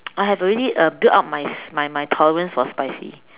I have already uh built up my my my tolerance for spicy